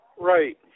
Right